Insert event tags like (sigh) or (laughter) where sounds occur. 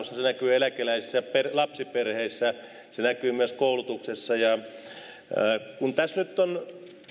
(unintelligible) se näkyy eläkeläisissä ja lapsiperheissä se näkyy myös koulutuksessa kun tässä nyt on